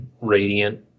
radiant